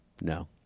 No